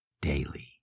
daily